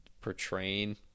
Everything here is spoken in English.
portraying